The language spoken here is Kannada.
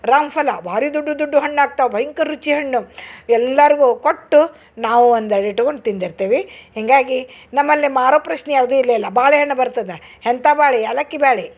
ರಾಮಫಲ ಬಾರಿ ದೊಡ್ಡು ದೊಡ್ಡು ಹಣ್ಣಾಗ್ತವೆ ಭಯಂಕರ ರುಚಿ ಹಣ್ಣು ಎಲ್ಲಾರಿಗು ಕೊಟ್ಟು ನಾವು ಒಂದು ಎರಡು ಇಟ್ಕೊಂಡು ತಿಂದಿರ್ತೇವಿ ಹೀಗಾಗಿ ನಮ್ಮಲ್ಲಿ ಮಾರೊ ಪ್ರಶ್ನೆ ಅದು ಇಲ್ಲೆ ಇಲ್ಲ ಬಾಳೆಹಣ್ಣು ಬರ್ತದ ಎಂತಾ ಬಾಳಿ ಏಲಕ್ಕಿ ಬಾಳಿ